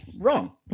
wrong